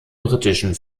britischen